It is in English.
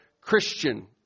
Christian